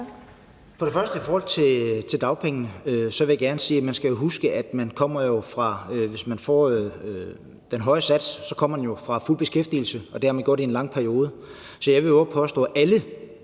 Først vil jeg i forhold til dagpengene gerne sige, at man skal huske, at hvis man får den høje sats, kommer man jo fra fuld beskæftigelse og har været i den i en lang periode. Så jeg vil vove at påstå, at alle,